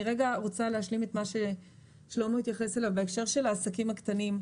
אני רוצה להשלים את מה ששלמה התייחס אליו בהקשר של העסקים הקטנים: